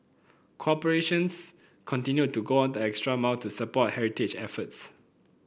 corporations continued to go the extra mile to support heritage efforts